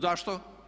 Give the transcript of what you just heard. Zašto?